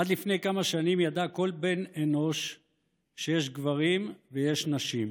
עד לפני כמה שנים ידע כל בן אנוש שיש גברים ויש נשים.